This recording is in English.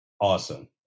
awesome